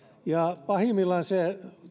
pahimmillaan se